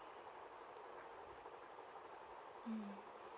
mm